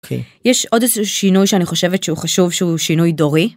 יש עוד שינוי שאני חושבת שהוא חשוב שהוא שינוי דורי.